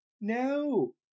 no